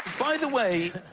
by the way,